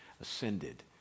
ascended